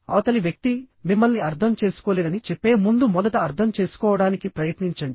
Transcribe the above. అవతలి వ్యక్తి మిమ్మల్ని అర్థం చేసుకోలేదని చెప్పే ముందు మొదట అర్థం చేసుకోవడానికి ప్రయత్నించండి